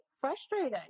frustrating